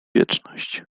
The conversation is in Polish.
wieczność